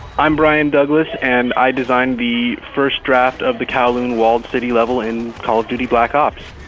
i'm brian douglas and i designed the first draft of the kowloon walled city level in call of duty black ops.